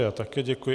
Já také děkuji.